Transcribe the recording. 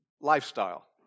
lifestyle